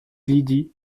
lydie